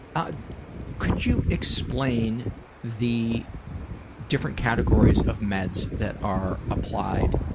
ah could you explain the different categories of meds that are applied,